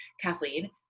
Kathleen